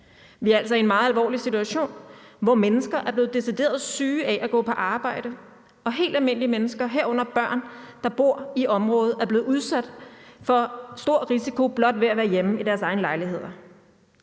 Vi er altså i en meget alvorlig situation, hvor mennesker er blevet decideret syge af at gå på arbejde og helt almindelige mennesker, herunder børn, der bor i området, er blevet udsat for stor risiko blot ved at være hjemme i deres egne lejligheder.